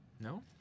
No